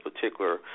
particular